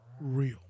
real